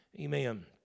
Amen